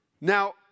Now